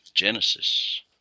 Genesis